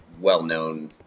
well-known